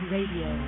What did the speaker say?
Radio